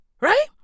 Right